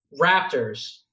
Raptors